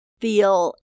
feel